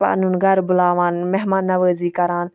پنُن گَرٕ بُلاوان مہمان نَوازی کَران